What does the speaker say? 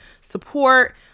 support